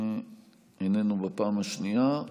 איננו בפעם השנייה.